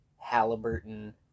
Halliburton